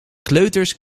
kleuters